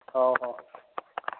ହଉ ହଉ